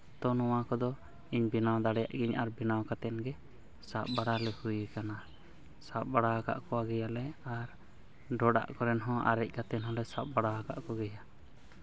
ᱟᱫᱚ ᱱᱚᱣᱟ ᱠᱚᱫᱚ ᱤᱧ ᱵᱮᱱᱟᱣ ᱫᱟᱲᱮᱭᱟᱜ ᱜᱤᱭᱟᱹᱧ ᱟᱨ ᱵᱮᱱᱟᱣ ᱠᱟᱛᱮᱫ ᱜᱮ ᱥᱟᱵ ᱵᱟᱲᱟ ᱦᱩᱭ ᱠᱟᱱᱟ ᱥᱟᱵ ᱵᱟᱲᱟ ᱟᱠᱟᱫ ᱠᱚᱜᱮᱭᱟᱞᱮ ᱟᱨ ᱰᱷᱚᱲᱟᱜ ᱠᱚᱨᱮᱱ ᱦᱚᱸ ᱟᱨᱮᱡ ᱠᱟᱛᱮᱫ ᱦᱚᱸᱞᱮ ᱥᱟᱵ ᱵᱟᱲᱟ ᱟᱠᱟᱫ ᱠᱚᱜᱮᱭᱟ